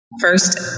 first